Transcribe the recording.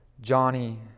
Johnny